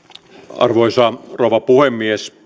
arvoisa rouva puhemies